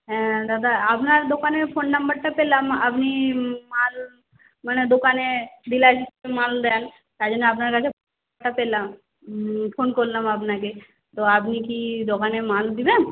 হ্যাঁ দাদা আপনার দোকানের ফোন নাম্বারটা পেলাম আমি মাল মানে দোকানে ডিলার হিসাবে মাল দেন তাই জন্যে আপনার কাছে পেলাম ফোন করলাম আপনাকে তো আপনি কি দোকানে মাল দেবেন